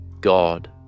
God